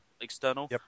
External